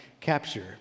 capture